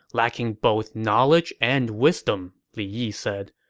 lacking both knowledge and wisdom, li yi said.